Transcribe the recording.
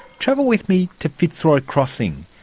travel with me to fitzroy crossing,